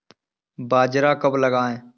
बाजरा कब लगाएँ?